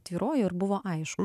tvyrojo ir buvo aišku